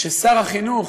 ששר החינוך,